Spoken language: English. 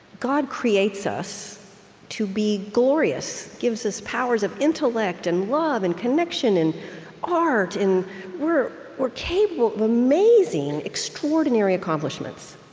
god creates us to be glorious gives us powers of intellect and love and connection and art, and we're we're capable of amazing, extraordinary accomplishments.